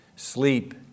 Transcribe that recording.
sleep